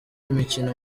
imikino